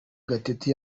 gatete